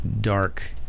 dark